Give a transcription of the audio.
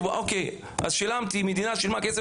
במקום שיהיה מצב שבו המדינה משלמת כסף